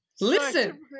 Listen